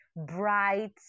bright